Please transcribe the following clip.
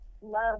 love